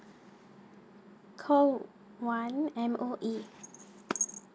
call one M_O_E